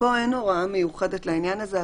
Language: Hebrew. פה אין הוראה מיוחדת לעניין הזה,